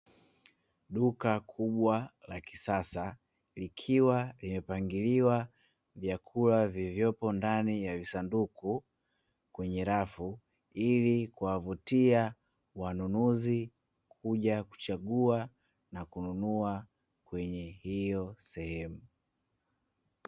Duka kubwa la kisasa likiwa limepangiliwa vyakula vilivyopo ndani ya visanduku kwenye rafu ili kuwavutia wanunuzi kuja kuchagua na kununua kwenye hiyo sehemu.